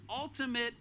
ultimate